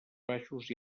baixos